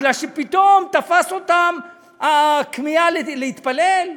כי פתאום תפסה אותם הכמיהה להתפלל?